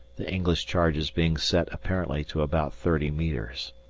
the english charges being set apparently to about thirty metres.